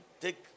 take